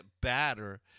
batter